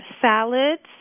salads